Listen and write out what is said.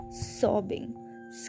sobbing